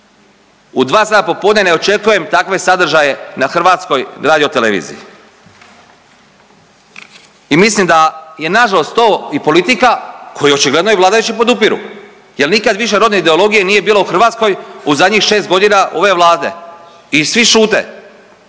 U 2 sata popodne ne očekujem takve sadržaje na Hrvatskoj radioteleviziji i mislim da je na žalost to i politika koju očigledno i vladajući podupiru, jer nikada više rodne ideologije nije bilo u Hrvatskoj u zadnjih 6 godina ove Vlade i svi šute.